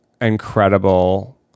incredible